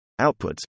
outputs